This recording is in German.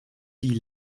die